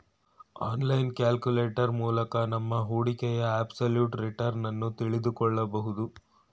online calculator ಮೂಲಕ ನಮ್ಮ ಹೂಡಿಕೆಯ ಅಬ್ಸಲ್ಯೂಟ್ ರಿಟರ್ನ್ ತಿಳಿದುಕೊಳ್ಳಬಹುದು